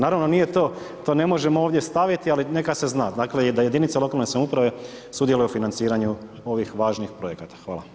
Naravno nije to, to ne možemo ovdje staviti ali neka se zna da jedinice lokalne samouprave sudjeluju u financiranju ovih važnih projekata.